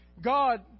God